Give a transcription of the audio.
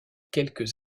quelques